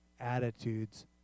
attitudes